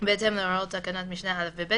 בהתאם להוראות תקנת משנה (א) ו-(ב),